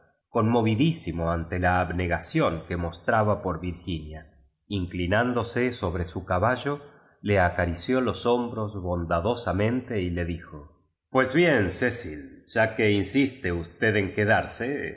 idí simo ante la abnega ción que moalrtbu por virginia inclinándose sobre su caballo le acari ció los bonibros bon dadosamente y le dijo i pues bien ce ll ya que insiste usted en quedarse no